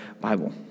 Bible